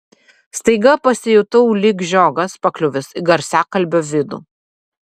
staiga pasijutau lyg žiogas pakliuvęs į garsiakalbio vidų